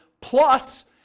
plus